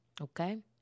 Okay